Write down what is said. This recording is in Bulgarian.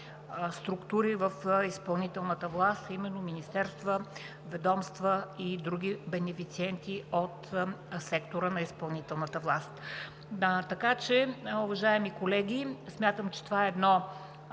структури в изпълнителната власт, именно министерства, ведомства и други бенефициенти от сектора на изпълнителната власт. Уважаеми колеги, смятам, че това е важно